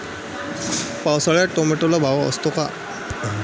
पावसाळ्यात टोमॅटोला भाव असतो का?